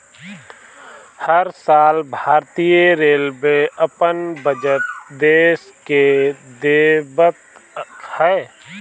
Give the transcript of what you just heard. हर साल भारतीय रेलवे अपन बजट देस के देवत हअ